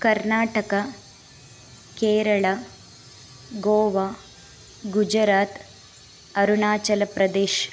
Karnataka Kerala Goa Gujarat Arunachal Pradesh